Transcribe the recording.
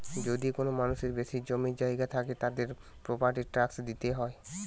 যদি কোনো মানুষের বেশি জমি জায়গা থাকে, তাদেরকে প্রপার্টি ট্যাক্স দিইতে হয়